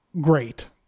great